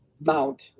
mount